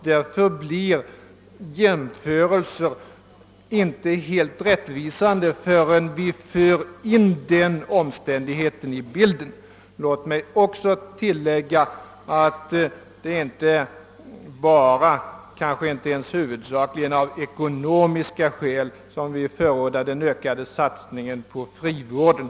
Därför blir jämförelserna inte helt rättvisande förrän man tar med den omständigheten i bilden. Låt mig också tillägga att det inte är enbart — kanske inte ens huvudsakligen — av ekonomiska skäl som vi förordar den ökade satsningen på frivården.